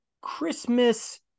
Christmas